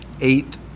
eight